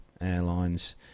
Airlines